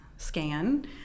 scan